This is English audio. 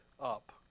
up